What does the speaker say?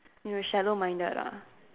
you were shallow minded lah